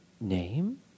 name